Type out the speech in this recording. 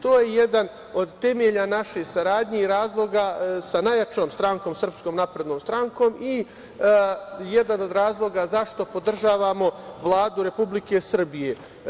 To je jedan od temelja naše saradnje i razloga sa najjačom strankom SNS i jedan od razloga zašto podržavamo Vladu Republike Srbije.